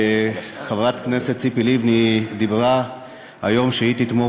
חברת הכנסת ציפי לבני אמרה היום שהיא תתמוך